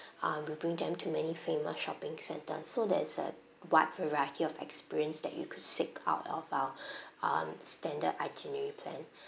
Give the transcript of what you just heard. um we bring them to many famous shopping centre so there's a wide variety of experience that you could seek out of our um standard itinerary plan